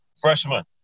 freshman